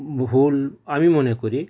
ভুল আমি মনে করি